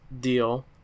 deal